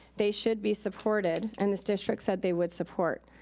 they should be supported, and this district said they would support.